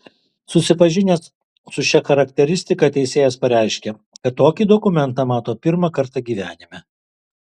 susipažinęs su šia charakteristika teisėjas pareiškė kad tokį dokumentą mato pirmą kartą gyvenime